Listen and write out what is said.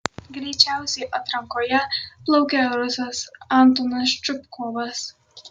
greičiausiai atrankoje plaukė rusas antonas čupkovas